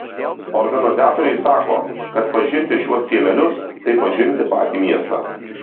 organizatoriai sako kad pažinti šiuos kiemelius tai pažinti patį miestą